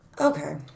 okay